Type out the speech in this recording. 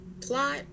plot